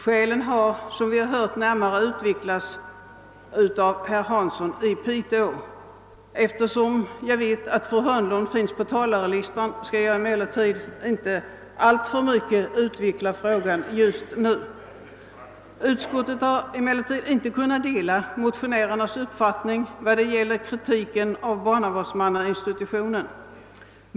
Skälen har härmed närmare utvecklats av herr Hansson i Piteå. Eftersom jag vet att fru Hörnlund finns på talarlistan skall jag emellertid inte gå närmare in på denna fråga. Utskottet har emellertid inte kunnat dela motionärernas uppfattning när det gäller kritiken av barnavårdsmannainstitutionen.